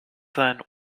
sein